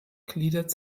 gliedert